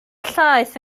llaeth